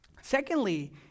Secondly